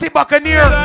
Buccaneer